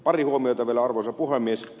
pari huomiota vielä arvoisa puhemies